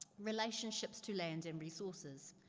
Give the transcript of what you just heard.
relationships to land and resources.